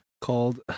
called